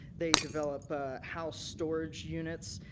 they develop ah house storage units.